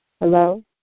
Hello